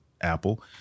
apple